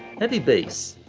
heavy bass,